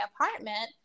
apartment